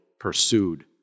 pursued